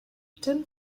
tim